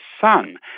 son